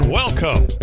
welcome